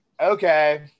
okay –